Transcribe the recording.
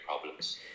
problems